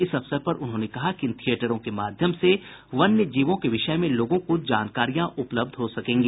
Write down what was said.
इस अवसर पर उन्होंने कहा कि इन थियेटरों के माध्यम से वन्य जीवों के विषय में लोगों को जानकारियां उपलब्ध हो सकेगी